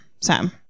sam